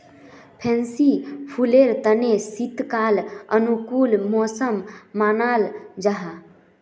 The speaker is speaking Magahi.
फैंसी फुलेर तने शीतकाल अनुकूल मौसम मानाल जाहा